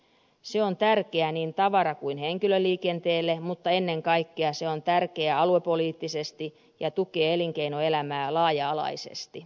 se on tärkeä niin tavara kuin henkilöliikenteelle mutta ennen kaikkea se on tärkeä aluepoliittisesti ja tukee elinkeinoelämää laaja alaisesti